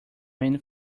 many